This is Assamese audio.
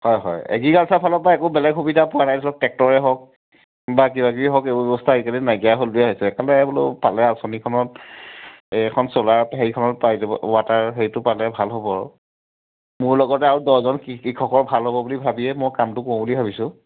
হয় হয় এগ্ৰিকালচাৰ ফালৰপৰা একো বেলেগ সুবিধা পোৱা নাইচোন ট্ৰেক্টৰে হওক বা কিবাকিবি হওক এইবোৰ বস্তু আজিকালি নাইকিয়াই হ'ল লেখীয়াই হৈছে সেইকাৰণে বোলো পালে আঁচনিখনত এইখন চ'লাৰ হেৰিখনত পাই যাব ৱাটাৰ হেৰিটো পালে ভাল হ'ব আৰু মোৰ লগতে আৰু দহজন কৃষকৰ ভাল হ'ব বুলি ভাবিয়ে মই কামটো কৰোঁ বুলি ভাবিছোঁ